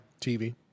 TV